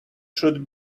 should